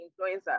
influencer